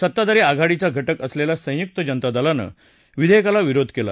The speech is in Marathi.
सत्ताधारी आघाडीचा घटक असलेल्या संयुक्त जनता दलानं विधेयकाला विरोध केला